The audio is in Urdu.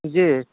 جی